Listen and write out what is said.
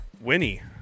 Winnie